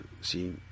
see